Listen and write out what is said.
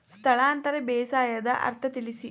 ಸ್ಥಳಾಂತರ ಬೇಸಾಯದ ಅರ್ಥ ತಿಳಿಸಿ?